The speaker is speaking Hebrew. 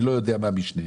אני לא יודע מה משניהם.